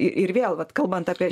ir vėl vat kalbant apie